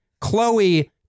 Chloe